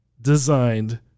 designed